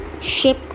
ship